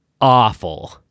awful